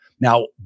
Now